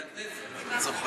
על הכנסת, לצורך העניין.